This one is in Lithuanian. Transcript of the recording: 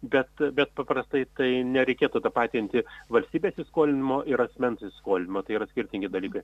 bet bet paprastai tai nereikėtų tapatinti valstybės įskolinimo ir asmens įskolinimo tai yra skirtingi dalykai